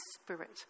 spirit